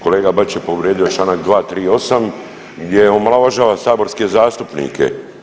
Kolega Bačić je povrijedio čl. 238 gdje omalovažava saborske zastupnike.